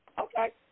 okay